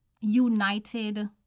united